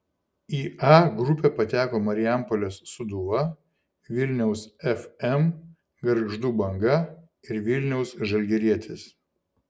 į a grupę pateko marijampolės sūduva vilniaus fm gargždų banga ir vilniaus žalgirietis